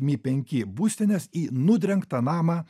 my penki būstinės į nudrengtą namą